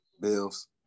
Bills